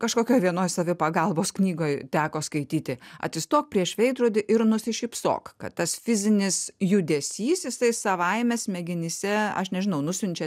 kažkokioj vienoj savipagalbos knygoj teko skaityti atsistok prieš veidrodį ir nusišypsok kad tas fizinis judesys jisai savaime smegenyse aš nežinau nusiunčia